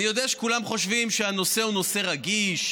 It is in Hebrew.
אני יודע שכולם חושבים שהנושא הוא נושא רגיש,